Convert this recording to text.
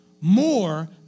more